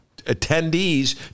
attendees